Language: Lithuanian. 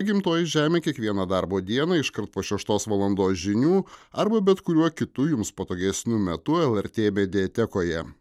gimtoji žemė kiekvieną darbo dieną iškart po šeštos valandos žinių arba bet kuriuo kitu jums patogesniu metu lrt mediatekoje